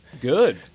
good